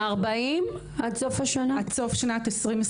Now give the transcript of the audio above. עד סוף שנת 2023?